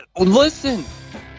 Listen